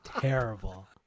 terrible